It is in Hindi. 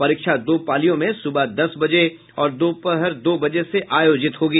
परीक्षा दो पालियां में सुबह दस बजे और दोपहर दो बजे से आयोजित होगी